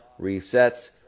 resets